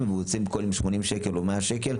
והוא יוצא כל יום עם 80 100 שקלים,